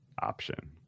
option